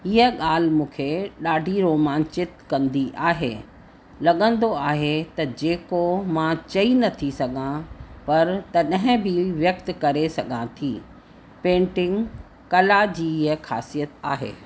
इहा ॻाल्हि मूंखे ॾाढी रोमांचित कंदी आहे लॻंदो आहे त जेको मां चई न थी सघां पर तॾहिं बि व्यक्त करे सघां थी पेंटिंग कला जी इहा ख़ासियत आहे